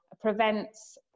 prevents